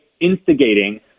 instigating